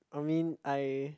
I mean I